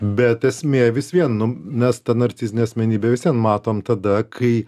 bet esmė vis vien nu nes tą narcizinę asmenybę vis vien matom tada kai